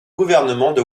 gouvernement